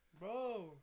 Bro